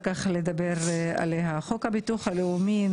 כך לדבר עליה: חוק הביטוח הלאומי ,